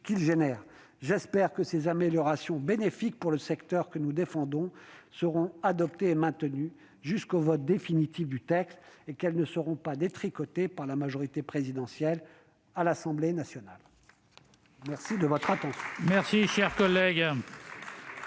J'espère que ces améliorations bénéfiques pour le secteur que nous défendons seront adoptées et maintenues jusqu'au vote définitif du texte et qu'elles ne seront pas détricotées par la majorité présidentielle à l'Assemblée nationale. La parole est